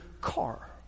car